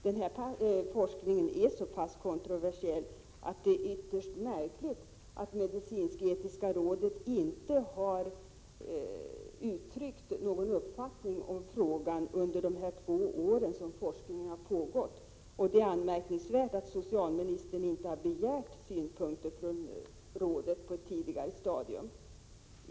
Denna forskning är så pass kontroversiell att det är ytterst märkligt att medicinsk-etiska rådet inte har uttryckt någon uppfattning i frågan under de två år forskningen har pågått. Det är vidare anmärkningsvärt att socialministern inte har begärt synpunkter från rådet på ett tidigare stadium.